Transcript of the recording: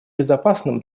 безопасным